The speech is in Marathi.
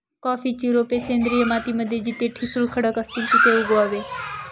कॉफीची रोप सेंद्रिय माती मध्ये जिथे ठिसूळ खडक असतील तिथे उगवावे